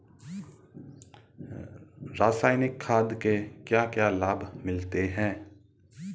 रसायनिक खाद के क्या क्या लाभ मिलते हैं?